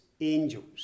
angels